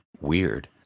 weird